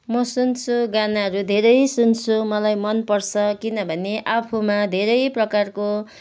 म सुन्छु गानाहरू धेरै सुन्छु मलाई मन पर्छ किनभने आफूमा धेरै प्रकारको